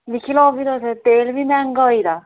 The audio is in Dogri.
दिक्खी लैओ भी तुस तेल बी मैंह्गा होई दा